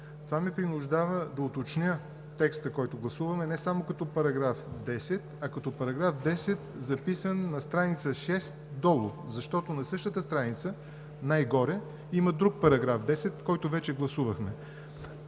Това ме принуждава да уточня текста, който гласуваме, не само като § 10, а като § 10, записан на страница 6 долу, защото на същата страница най-горе има друг § 10, който вече гласувахме.